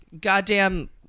goddamn